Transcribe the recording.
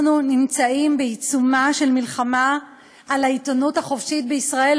אנחנו נמצאים בעיצומה של מלחמה על העיתונות החופשית בישראל,